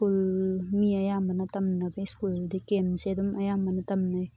school ꯃꯤ ꯑꯌꯥꯝꯕꯅ ꯇꯝꯅꯕ ꯁ꯭ꯀꯨꯜꯗꯤ ꯀꯦ ꯑꯦꯝ ꯁꯦ ꯑꯗꯨꯝ ꯑꯌꯥꯝꯕꯅ ꯇꯝꯅꯩ